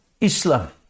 Islam